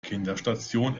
kinderstation